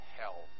hell